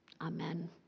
Amen